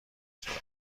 شوند